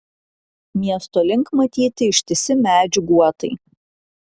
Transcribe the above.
miesto link matyti ištisi medžių guotai